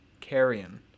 Carrion